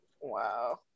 Wow